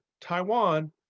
Taiwan